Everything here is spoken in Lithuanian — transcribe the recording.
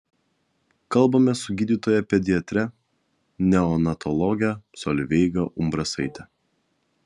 kalbamės su gydytoja pediatre neonatologe solveiga umbrasaite